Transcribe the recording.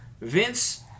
Vince